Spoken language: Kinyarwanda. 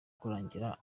kurangira